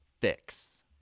fix